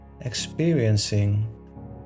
experiencing